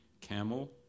camel